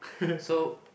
so